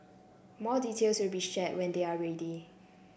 more details will be share when they are ready